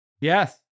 Yes